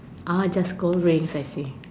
ah just gold rings I see